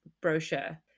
brochure